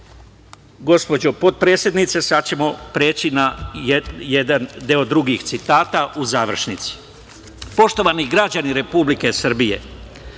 gospođo potpredsednice, sada ćemo preći na jedan deo drugih citata u završnici. Poštovani